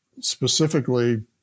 specifically